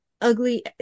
ugly